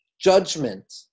judgment